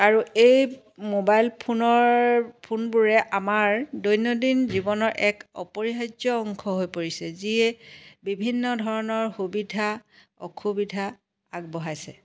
আৰু এই মোবাইল ফোনৰ ফোনবোৰে আমাৰ দৈনন্দিন জীৱনৰ এক অপৰিহাৰ্য অংশ হৈ পৰিছে যিয়ে বিভিন্ন ধৰণৰ সুবিধা অসুবিধা আগবঢ়াইছে